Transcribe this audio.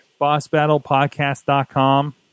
Bossbattlepodcast.com